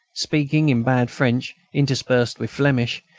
speaking in bad french, interspersed with flemish,